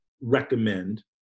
recommend